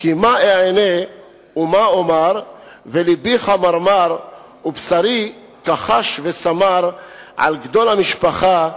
כי מה אענה ומה אומר ולבי חמרמר ובשרי כחש וסמר על גדול המשפחה,